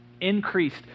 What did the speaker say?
increased